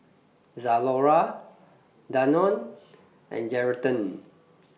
Zalora Danone and Geraldton